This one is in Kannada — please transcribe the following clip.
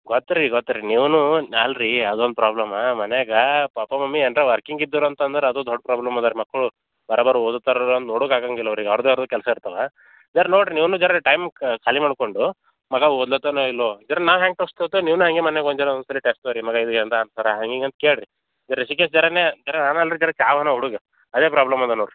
ಗೊತ್ತು ರೀ ಗೊತ್ತು ರೀ ನೀವುನು ನಾ ಅಲ್ಲ ರೀ ಯಾವುದೋ ಒಂದು ಪ್ರಾಬ್ಲಮ ಮನೆಯಾಗ ಪಪ್ಪ ಮಮ್ಮಿ ಏನರ ವರ್ಕಿಂಗ್ ಇದ್ದೋರು ಅಂತ ಅಂದ್ರೆ ಅದು ದೊಡ್ಡ ಪ್ರಾಬ್ಲಮ್ ಅದೇ ರೀ ಮಕ್ಕಳು ಬರೋಬರ ಓದುತಾರ ಅಂದು ನೋಡುಕೆ ಆಗೋಂಗಿಲ್ಲಅವ್ರಿಗೆ ಅವ್ರ್ದೆ ಅದು ಕೆಲಸ ಇರ್ತವೆ ಝರ ನೋಡಿ ರಿ ನೀವುನು ಝರ ಟೈಮ್ ಖಾಲಿ ಮಾಡಿಕೊಂಡು ಮಗ ಓದಲತ್ತಾನೋ ಇಲ್ಲವೋ ಝರ ನಾ ಹ್ಯಾಂಗೆ ಟೆಸ್ಟ್ ತೋಗೋತಾನೋ ನೀವ್ನು ಹಾಗೆ ಮನ್ಯಾಗೆ ಒಂದು ದಿನ ಒಂದು ಸಲಿ ಟೆಸ್ಟ್ ಸರಿ ಮಗ ಇದು ಎಂದು ಹಾಂಗೆ ಹಿಂಗೆ ಅಂದು ಕೇಳಿ ರಿ ಝರನೇ ಸರ್ ಆಮ್ಯಾಲೆ ರೀ ಝರ ಚಾಲುನೇ ಹುಡುಗ ಅದೇ ಪ್ರಾಬ್ಲಮ್ ಅದೆ ನೋಡಿರಿ